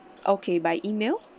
okay by email